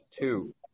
two